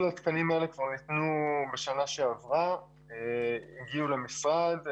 כל התקנים האלה כבר ניתנו בשנה שעברה והגיעו למשרד.